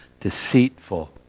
deceitful